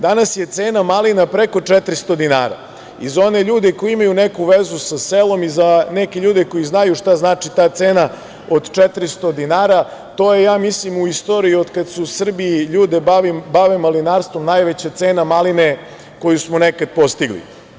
Danas je cena malina preko 400 dinara i za one ljude koji imaju neku vezu sa selom i za neke ljude koji znaju šta znači ta cena od 400 dinara, to je, ja mislim, u istoriji od kad se u Srbiji ljude bave malinarstvom najveća cena maline koju smo nekad postigli.